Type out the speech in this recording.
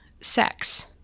sex